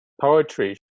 poetry